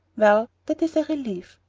well, that is a relief.